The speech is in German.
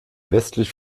westlich